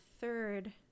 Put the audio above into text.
third